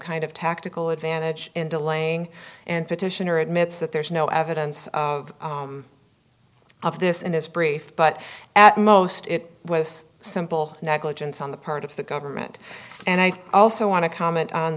kind of tactical advantage in delaying and petitioner admits that there is no evidence of of this in his brief but at most it was simple negligence on the part of the government and i also want to comment on